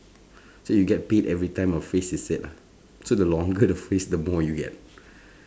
so you get paid every time a phrase is said ah so the longer the phrase the more you get